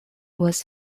was